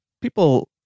people